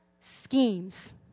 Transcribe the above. schemes